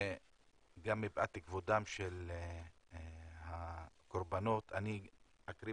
מפאת כבודם של הקורבנות אני גם אקריא,